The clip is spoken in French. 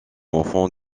enfant